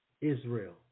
Israel